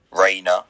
Rainer